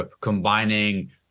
combining